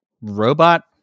robot